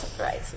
right